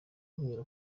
kubera